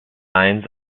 signs